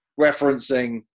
referencing